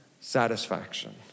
satisfaction